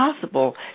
possible